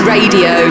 Radio